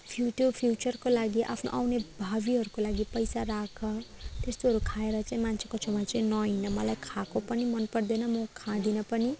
few त्यो फ्युचरको लागि आफ्नो आउने भावीहरूको लागि पैसा राख त्यस्तो खाएर चैँ मान्छेको छेउमा चैँ नहिन मलाई खाको पनि मनपर्दैन म खाँदिनँ पनि